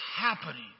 happening